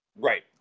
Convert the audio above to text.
Right